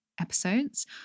episodes